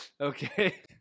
okay